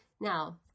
Now